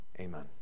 amen